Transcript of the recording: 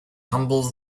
tumbles